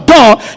God